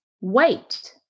Wait